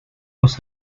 los